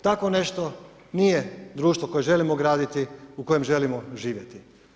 Tako nešto nije društvo koje želimo graditi u kojem želimo živjeti.